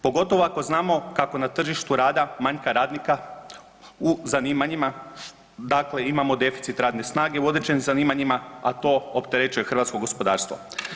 Pogotovo ako znamo kako na tržištu rada manjka radnika u zanimanjima, dakle imamo deficit radne snage u određenim zanimanjima, a to opterećuje hrvatsko gospodarstvo.